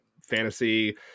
fantasy